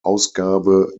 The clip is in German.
ausgabe